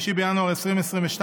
5 בינואר 2022,